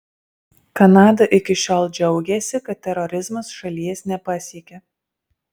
kanada iki šiol džiaugėsi kad terorizmas šalies nepasiekia